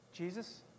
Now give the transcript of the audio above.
Jesus